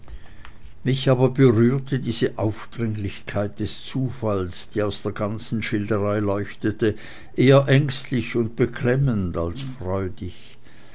mich aber berührte diese aufdringlichkeit des zufalls die aus der ganzen schilderei leuchtete eher ängstlich und beklemmend als freudig